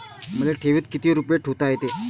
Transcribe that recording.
मले ठेवीत किती रुपये ठुता येते?